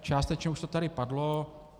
Částečně už to tady padlo.